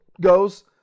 goes